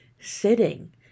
sitting